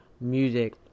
music